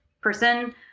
person